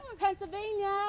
Pennsylvania